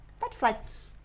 butterflies